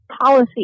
policy